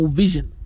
vision